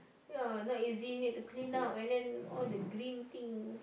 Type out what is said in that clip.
ya not easy need to clean up and then all the green thing